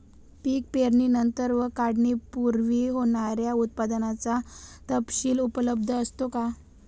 पीक पेरणीनंतर व काढणीपूर्वी होणाऱ्या उत्पादनाचा तपशील उपलब्ध असतो का?